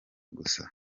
gusa